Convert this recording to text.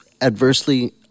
adversely